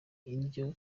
indya